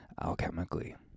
alchemically